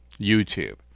YouTube